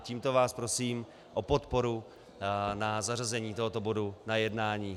Tímto vás prosím o podporu na zařazení tohoto bodu na jednání.